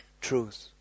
truth